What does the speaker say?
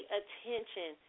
attention